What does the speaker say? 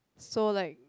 so like